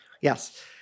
Yes